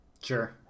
Sure